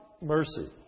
mercy